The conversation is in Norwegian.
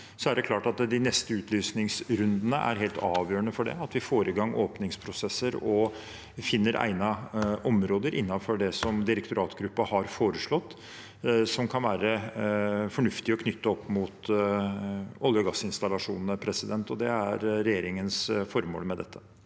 er det klart at de neste utlysningsrundene er helt avgjørende – at vi får i gang åpningsprosesser og finner egnede områder innenfor det som direktoratgruppen har foreslått som kan være fornuftig å knytte opp mot olje- og gassinstallasjonene. Det er regjeringens formål med dette.